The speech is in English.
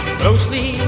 closely